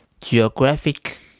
geographic